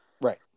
Right